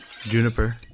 Juniper